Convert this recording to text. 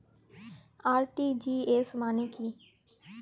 RTGS মানে কি?